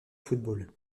football